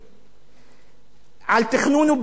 על תכנון ובנייה במג'ד-אל-כרום,